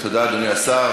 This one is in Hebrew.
תודה, אדוני השר.